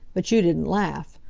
but you didn't laugh.